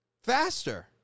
faster